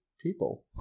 people